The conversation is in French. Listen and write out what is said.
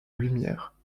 lumière